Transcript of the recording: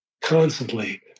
constantly